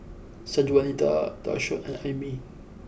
Sanjuanita Dashawn and Aimee